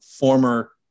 Former